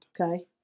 Okay